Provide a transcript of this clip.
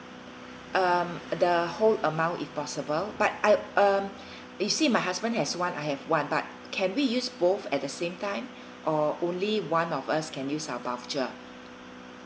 um the whole amount if possible but I um you see my husband has one I have one but can we use both at the same time or only one of us can use our voucher